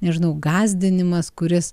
nežinau gąsdinimas kuris